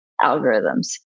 algorithms